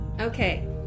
Okay